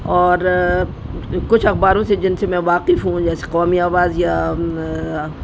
اور کچھ اخباروں سے جن سے میں واقف ہوں جیسے قومی آواز یا